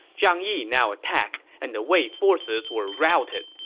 zhang yi now attacked, and the wei forces were routed.